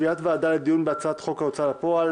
קביעת ועדה לדיון בהצעת חוק ההוצאה לפועל